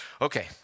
okay